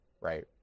Right